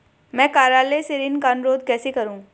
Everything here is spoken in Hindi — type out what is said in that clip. मैं कार्यालय से ऋण का अनुरोध कैसे करूँ?